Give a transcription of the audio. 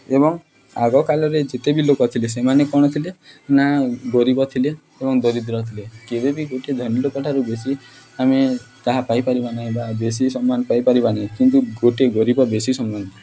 ଏବଂ ଆଗକାଳରେ ଯେତେବି ଲୋକ ଥିଲେ ସେମାନେ କ'ଣ ଥିଲେ ନା ଗରିବ ଥିଲେ ଏବଂ ଦରିଦ୍ର ଥିଲେ କେବେ ବି ଗୋଟେ ଧନୀ ଲୋକଠାରୁ ବେଶୀ ଆମେ ତାହା ପାଇପାରିବା ନାହିଁ ବା ବେଶୀ ସମ୍ମାନ ପାଇପାରିବାନି କିନ୍ତୁ ଗୋଟେ ଗରିବ ବେଶୀ ସମ୍ମାନ